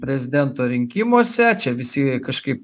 prezidento rinkimuose čia visi kažkaip